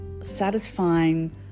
satisfying